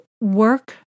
work